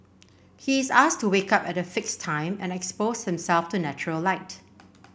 he is asked to wake up at a fixed time and expose himself to natural light